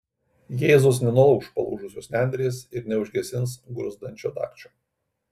jėzus nenulauš palūžusios nendrės ir neužgesins gruzdančio dagčio